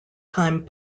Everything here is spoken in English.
time